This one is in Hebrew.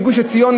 מגוש-עציון,